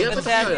נוסיף.